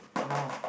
now